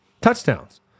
Touchdowns